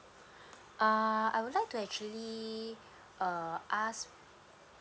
uh I would like to actually uh ask